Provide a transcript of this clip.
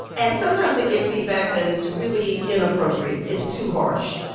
and sometimes they get feedback that is really inappropriate. it's too harsh.